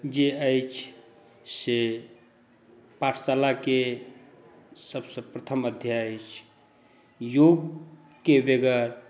जे अछि से पाठशालाके सभसँ प्रथम अध्याय अछि योगके वगैर